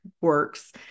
works